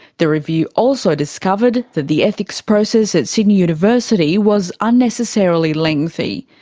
the review also discovered that the ethics process at sydney university was unnecessarily lengthy.